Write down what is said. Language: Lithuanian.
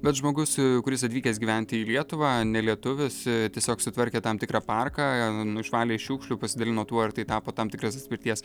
bet žmogus kuris atvykęs gyventi į lietuvą nelietuvis tiesiog sutvarkė tam tikrą parką išvalė iš šiukšlių pasidalino tuo ir tai tapo tam tikras atspirties